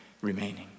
remaining